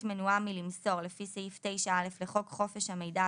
מנועה מלמסור לפי סעיף 9(א) לחוק חופש המידע,